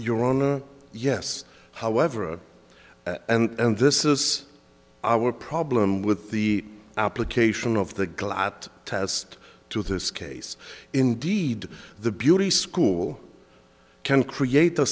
your honor yes however and this is our problem with the application of the glatt test to this case indeed the beauty school can create